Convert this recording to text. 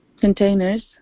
containers